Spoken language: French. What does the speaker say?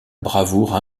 bravoure